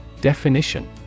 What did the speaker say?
Definition